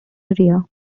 area